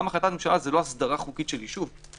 גם החלטת ממשלה היא לא הסדרה חוקית של ישוב.